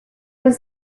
was